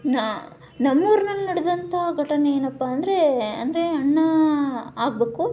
ನಮ್ಮೂರಿನಲ್ಲಿ ನಡೆದಂಥ ಘಟನೆ ಏನಪ್ಪಾ ಅಂದರೆ ಅಂದರೆ ಅಣ್ಣ ಆಗಬೇಕು